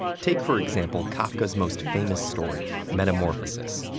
take, for example, kafka's most famous story, metamorphosis.